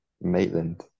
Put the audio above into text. Maitland